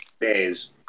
Days